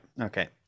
Okay